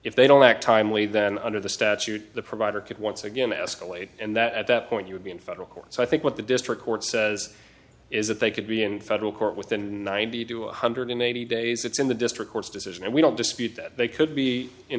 if they don't act timely then under the statute the provider could once again escalate and that at that point you would be in federal court so i think what the district court says is that they could be in federal court within ninety to one hundred eighty days it's in the district court's decision and we don't dispute that they could be in